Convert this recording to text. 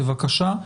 בבקשה.